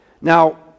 now